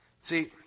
See